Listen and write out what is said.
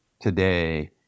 today